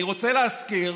אני רוצה להזכיר